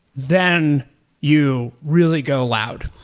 then you really go aloud.